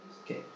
Okay